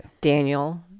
Daniel